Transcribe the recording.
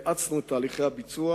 האצנו את תהליכי הביצוע